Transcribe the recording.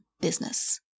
business